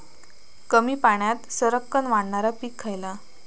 कमी पाण्यात सरक्कन वाढणारा पीक खयला?